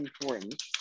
important